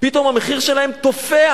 פתאום המחיר שלהן תופח,